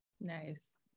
Nice